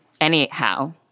Anyhow